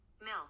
Milk